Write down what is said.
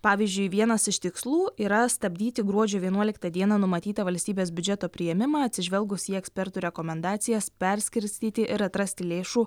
pavyzdžiui vienas iš tikslų yra stabdyti gruodžio vienuoliktą dieną numatytą valstybės biudžeto priėmimą atsižvelgus į ekspertų rekomendacijas perskirstyti ir atrasti lėšų